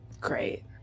Great